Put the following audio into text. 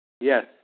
Yes